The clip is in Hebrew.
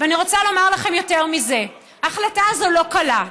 ואני רוצה לומר לכם יותר מזה: ההחלטה הזאת לא קלה.